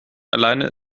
alleine